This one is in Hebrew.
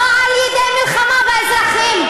לא על-ידי מלחמה באזרחים.